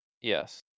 Yes